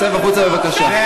צא החוצה, בבקשה.